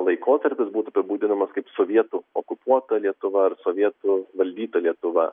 laikotarpis būtų apibūdinamas kaip sovietų okupuota lietuva ar sovietų valdyta lietuva